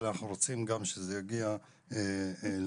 אבל אנחנו רוצים גם שזה יגיע אל הנערות.